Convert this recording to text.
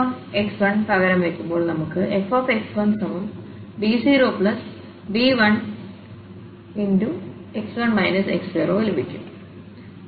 xx1പകരം വയ്ക്കുമ്പോൾ നമുക്ക് fx1b0b1x1 x0 ലഭിക്കും